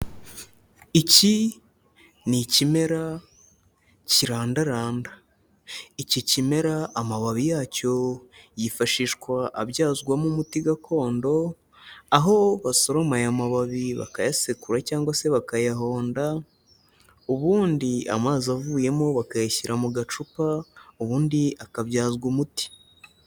Iki ni ikimera kirandaranda. Iki kimera amababi yacyo yifashishwa abyazwamo umuti gakondo, aho basoroma aya amababi bakayasekura cyangwa se bakayahonda, ubundi amazi avuyemo bakayashyira mu gacupa, ubundi akabyazwa umuti.